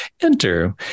enter